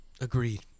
Agreed